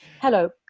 Hello